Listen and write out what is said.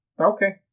Okay